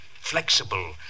flexible